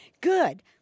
good